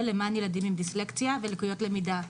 למען ילדים עם דיסלקציה ולקויות למידה.